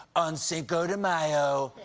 on cinco de mayo,